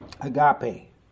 Agape